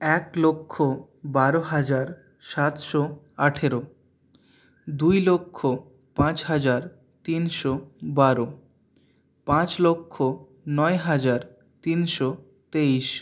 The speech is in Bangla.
এক লক্ষ বারো হাজার সাতশো আঠের দুই লক্ষ পাঁচ হাজার তিনশো বারো পাঁচ লক্ষ নয় হাজার তিনশো তেইশ